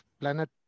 planet